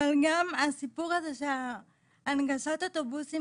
אבל גם הסיפור הזה שהנגשת אוטובוסים